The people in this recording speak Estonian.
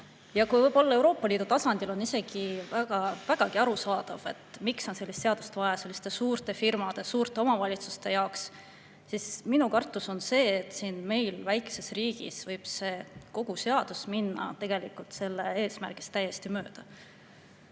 Ja kui see võib-olla Euroopa Liidu tasandil on isegi vägagi arusaadav, miks on sellist seadust vaja selliste suurte firmade, suurte omavalitsuste jaoks, siis minu kartus on see, et meie väikses riigis võib kogu see seadus minna tegelikult oma eesmärgist täiesti mööda. Mis